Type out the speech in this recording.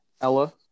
Ella